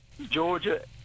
Georgia